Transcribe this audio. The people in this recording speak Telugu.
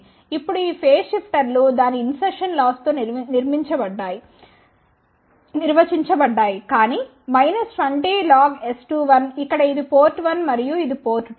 ఇప్పుడు ఈ ఫేస్ షిఫ్టర్లు దాని ఇన్సర్షన్ లాస్ తో నిర్వచించబడ్డాయి కానీ 20log S21 ఇక్కడ ఇది పోర్ట్ 1 మరియు ఇది పోర్ట్ 2